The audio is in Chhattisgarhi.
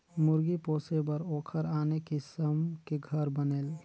मुरगी पोसे बर ओखर आने किसम के घर बनेल